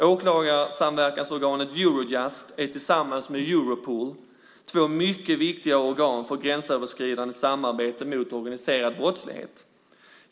Åklagarsamverkansorganet Eurojust är tillsammans med Europol två mycket viktiga organ för gränsöverskridande samarbete mot organiserad brottslighet.